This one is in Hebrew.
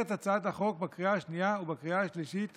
את הצעת החוק בקריאה השנייה ובקריאה השלישית